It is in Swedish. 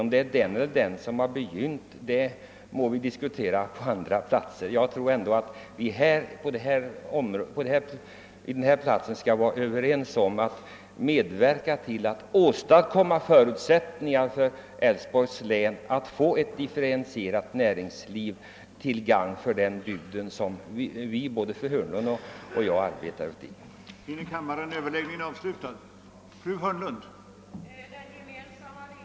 Om det är den ena eller den andra som börjat kan vi diskutera i annat sammanhang, fru Hörnlund. Nu är läget sådant att vi här i riksdagen måste vara överens om att vi samstämmigt bör medverka till att åstadkomma förutsättningar i Älvsborgs län för ett differentierat näringsliv, till gagn för den bygd som både fru Hörnlund och jag tillhör. Partipolitiska spekulationer hör inte ihop med detta.